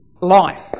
life